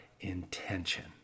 intention